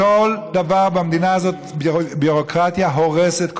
כל דבר במדינה הזאת הביורוקרטיה הורסת,